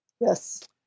Yes